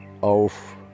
auf